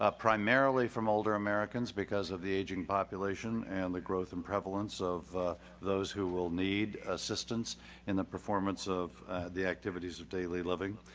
ah primarily from older americans because of the aging population and the growth and prevalence of those who will need assistance in the performance of the activities of daily living.